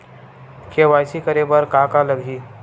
KYC करे बर का का लगही?